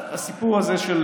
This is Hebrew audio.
הסיפור הזה של